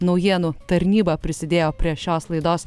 naujienų tarnyba prisidėjo prie šios laidos